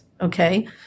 okay